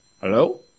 Hello